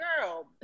girl